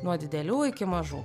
nuo didelių iki mažų